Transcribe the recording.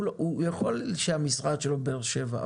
יכול להיות שהמשרד שלו בבאר שבע,